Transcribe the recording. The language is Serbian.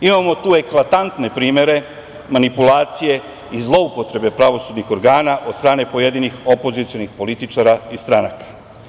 Imamo tu eklatantne primere manipulacije i zloupotrebe pravosudnih organa od strane pojedinih opozicionih političara iz stranaka.